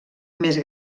més